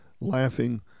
laughing